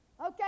okay